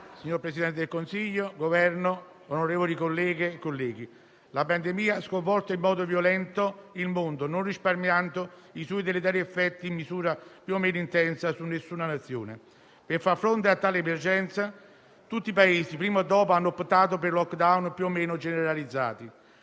signor Presidente del Consiglio, rappresentanti del Governo, onorevoli colleghe e colleghi, la pandemia ha sconvolto in modo violento il mondo, non risparmiando i suoi effetti, in misura più o meno intensa, a nessuna Nazione. Per far fronte a tale emergenza tutti i Paesi, prima o dopo, hanno optato per *lockdown* più o meno generalizzati